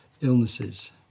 illnesses